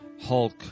Hulk